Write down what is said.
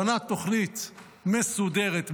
בנה תוכנית מסודרת,